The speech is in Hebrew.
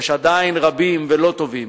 יש עדיין רבים ולא טובים